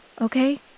okay